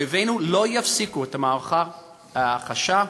אויבינו לא יפסיקו את מערכת ההכחשה.